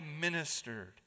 ministered